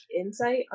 insight